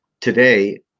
today